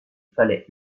fallait